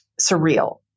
surreal